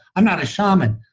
i'm not a shaman.